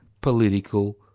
political